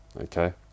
Okay